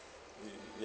we